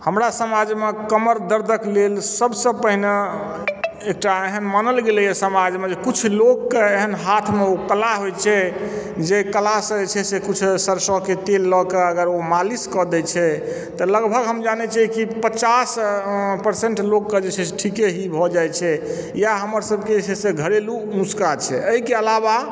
हमरा समाज मे कमर दर्दक लेल सबसे पहिने एकटा एहन मानल गेलेया समाजमे जे किछु लोक के एहन हाथ मे ओऽ कला होइ छै जे कला सऽ जे छै से किछु सरसों के तेल लए कऽ अगर ओऽ मालिश कऽ दै छै तऽ लगभग हम जानै छियै कि पचास परसेंट लोक के जे छै ठीके ही भऽ जाइ छै इएह हमर सबके जे छै से घरेलु नुस्खा छियै एहिके अलावा